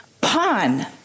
pawn